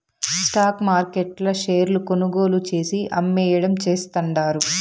stock మార్కెట్ల షేర్లు కొనుగోలు చేసి, అమ్మేయడం చేస్తండారు